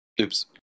Oops